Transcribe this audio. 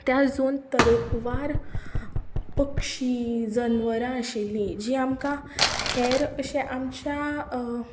त्या झून तरेकवार पक्षी जनवारां आशिल्लीं जीं आमकां हेर अशें आमच्या